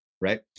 right